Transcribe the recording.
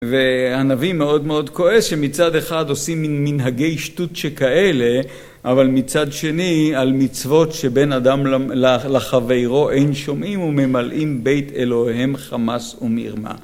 והנביא מאוד מאוד כועס שמצד אחד עושים מין מנהגי שטות שכאלה, אבל מצד שני על מצוות שבין אדם לחברו אין שומעים וממלאים בית אלוהיהם חמס ומרמה.